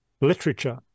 literature